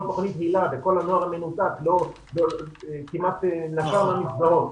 תכנית היל"ה וכל הנוער המנותק כמעט נשר מהמסגרות,